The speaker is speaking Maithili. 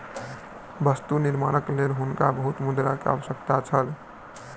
वस्तु निर्माणक लेल हुनका बहुत मुद्रा के आवश्यकता छल